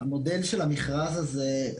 המודל של המכרז הזה,